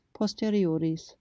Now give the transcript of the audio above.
posterioris